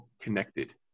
connected